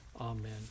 Amen